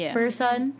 person